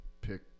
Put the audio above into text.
Pick